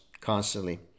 constantly